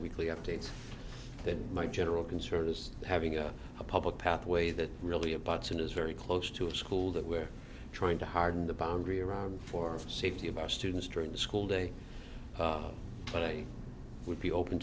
weekly updates that my general concern is having a public pathway that really a button is very close to a school that we're trying to harden the boundary around for safety of our students during the school day but i would be open